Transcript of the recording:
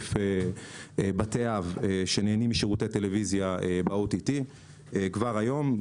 בתי אב שנהנים משירותי טלוויזיה ב-OTT כבר היום,